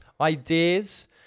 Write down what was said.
ideas